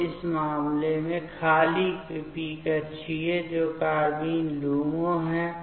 तो इस मामले में खाली p कक्षीय जो कार्बाइन LUMO है